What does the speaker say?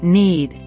need